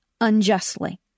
unjustly